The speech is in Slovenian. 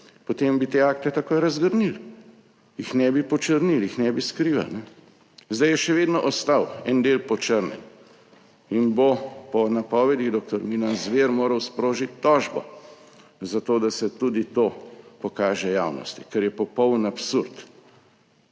Potem bi te akte takoj razgrnili, jih ne bi počrnili, jih ne bi skrivali. Zdaj je še vedno ostal en del počrnjen in bo po napovedih doktor Milan Zver moral sprožiti tožbo zato, da se tudi to pokaže. Javnosti, kar je popoln absurd.